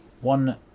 one